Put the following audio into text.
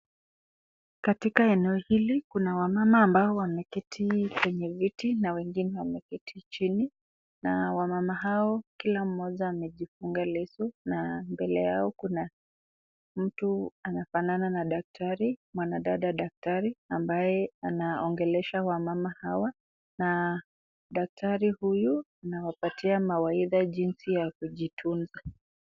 Katika eneo hili kuna wamama ambao wameketi kwenye viti na wengine wameketi chini na wamama hao kila mtu amejifunga leso . Mbele yao kuna mtu anafanana na daktari , mwanadada daktari ambaye anaongelesha wamama hawa na daktari huyu anawapatia mawaidha jinsi ya kujitunza,